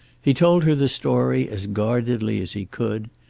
he told her the story as guardedly as he could.